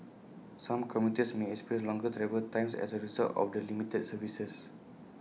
some commuters may experience longer travel times as A result of the limited services